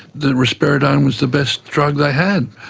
that risperidone was the best drug they had.